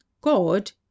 God